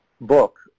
book